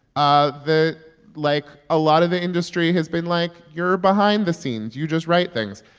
ah the like, a lot of the industry has been, like, you're behind the scenes. you just write things.